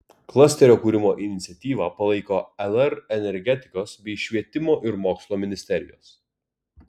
klasterio kūrimo iniciatyvą palaiko lr energetikos bei švietimo ir mokslo ministerijos